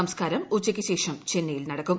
സംസ്കാരം ഉച്ചയ്ക്ക് ശേഷം ചെന്നൈയിൽ നടക്കും